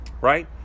right